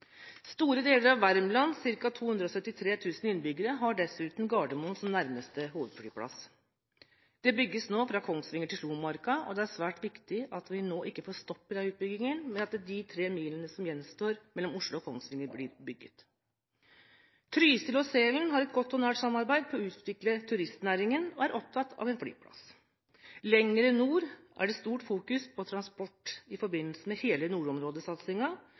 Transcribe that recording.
Store deler av Värmlands 273 000 innbyggere har dessuten Gardermoen som nærmeste hovedflyplass. Det bygges nå fra Kongsvinger til Slomarka, og det er svært viktig at vi nå ikke får en stopp i denne utbyggingen, men at de tre milene som gjenstår mellom Oslo og Kongsvinger, blir bygget. Trysil og Sælen har et godt og nært samarbeid på å utvikle turistnæringen og er opptatt av en flyplass. Lenger nord er det stort fokus på transport i forbindelse med hele